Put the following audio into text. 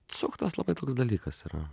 suktas labai toks dalykas yra